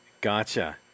Gotcha